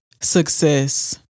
success